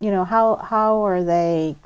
you know how how are they